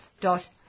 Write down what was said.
dot